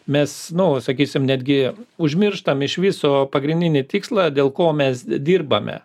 mes nu sakysim netgi užmirštam iš viso pagrindinį tikslą dėl ko mes dirbame